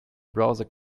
browser